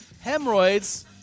Hemorrhoids